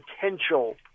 potential